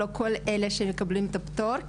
לא כל אלה שמקבלים את הפטור,